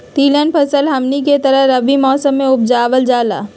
तिलहन फसल हमनी के तरफ रबी मौसम में उपजाल जाला